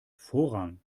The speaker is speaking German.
vorrang